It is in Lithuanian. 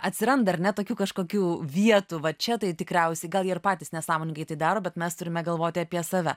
atsiranda ar ne tokių kažkokių vietų va čia tai tikriausiai gal jie ir patys nesąmoningai tai daro bet mes turime galvoti apie save